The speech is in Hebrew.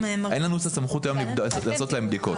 אין לנו היום את הסמכות לעשות להם בדיקות.